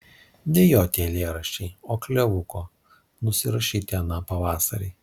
ne jo tie eilėraščiai o klevuko nusirašyti aną pavasarį